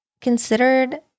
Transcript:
considered